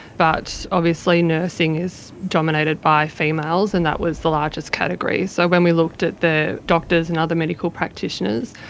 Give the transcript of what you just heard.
but obviously nursing is dominated by females and that was the largest category. so when we looked at the doctors and other medical practitioners,